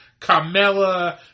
Carmella